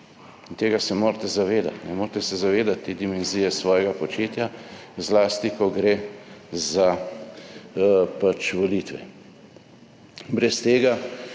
in tega se morate zavedati. Morete se zavedati te dimenzije svojega početja, zlasti ko gre za volitve. Brez tega